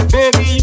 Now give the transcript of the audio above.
Baby